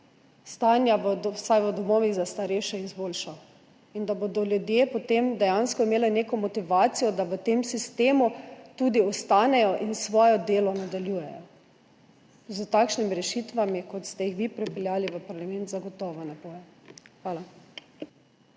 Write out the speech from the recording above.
stanja v domovih za starejše izboljšal in da bodo ljudje potem dejansko imeli neko motivacijo, da v tem sistemu tudi ostanejo in nadaljujejo svoje delo? S takšnimi rešitvami, kot ste jih vi pripeljali v parlament, zagotovo ne bodo. Hvala.